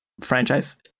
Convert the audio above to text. Franchise